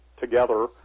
together